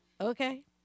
okay